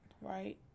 right